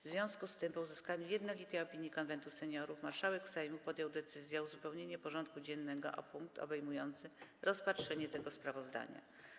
W związku z tym, po uzyskaniu jednolitej opinii Konwentu Seniorów, marszałek Sejmu podjął decyzję o uzupełnieniu porządku dziennego o punkt obejmujący rozpatrzenie tego sprawozdania.